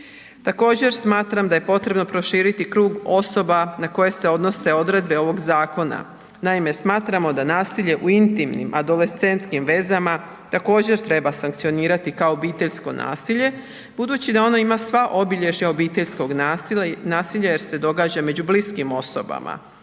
Također smatram da je potrebno proširiti krug osoba na koje se odnose odredbe ovog zakona. Naime, smatramo da nasilje u intimnim, adolescentskim vezama također treba sankcionirati kao obiteljsko nasilje budući da ono ima sva obilježja obiteljskog nasilja jer se događa među bliskim osobama.